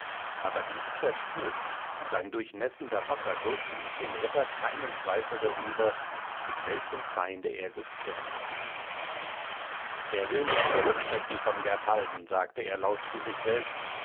aber die zerstob und ein durchnässender wasserguß ließ dem ritter keinen zweifel darüber mit welchem feinde er gestritten habe er will mich zurückschrecken von bertalden sagte er laut zu sich selbst